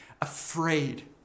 afraid